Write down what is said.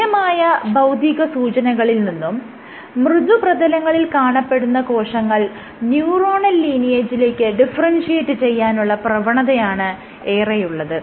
ലഭ്യമായ ഭൌതിക സൂചനകളിൽ നിന്നും മൃദുപ്രതലങ്ങളിൽ കാണപ്പെടുന്ന കോശങ്ങൾ ന്യൂറോണൽ ലീനിയേജിലേക്ക് ഡിഫറെൻഷിയേറ്റ് ചെയ്യാനുള്ള പ്രവണതയാണ് ഏറെയുള്ളത്